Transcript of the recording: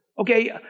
Okay